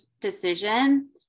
decision